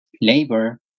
labor